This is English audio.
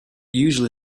usually